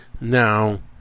Now